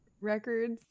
records